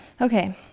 Okay